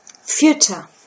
future